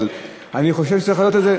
אבל אני חושב שצריך להעלות את זה,